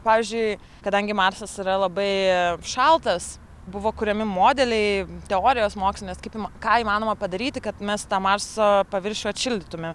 pavyzdžiui kadangi marsas yra labai šaltas buvo kuriami modeliai teorijos mokslinės kaip ima ką įmanoma padaryti kad mes tą marso paviršių atšildytume